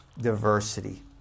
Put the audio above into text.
diversity